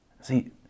See